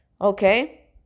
okay